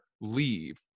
leave